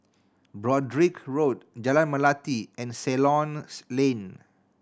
Broadrick Road Jalan Melati and Ceylon Lane